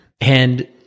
And-